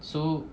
so